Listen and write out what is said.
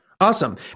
Awesome